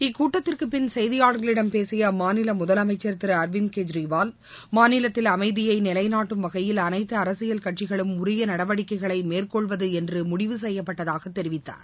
இக்கூட்டத்திற்குப்பின் செய்தியாளர்களிடம் பேசிய அம்மாநில முதலமைச்சர் திரு அர்விந்த் கெற்ரிவால் மாநிலத்தில் அமைதியை நிலைநாட்டும் வகையில் அனைத்து அரசியல் கட்சிகளும் உரிய நடவடிக்கைகளை மேற்கொள்வது என்று முடிவு செய்யப்பட்டதாக தெரிவித்தார்